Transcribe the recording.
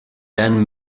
dan